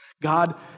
God